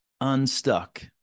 unstuck